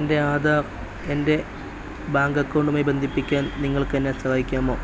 എൻ്റെ ആധാർ എൻ്റെ ബാങ്ക് അക്കൗണ്ടുമായി ബന്ധിപ്പിക്കാൻ നിങ്ങൾക്കെന്നെ സഹായിക്കാമോ